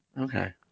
Okay